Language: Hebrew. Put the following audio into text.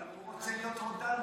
כי הוא רוצה להיות רודן,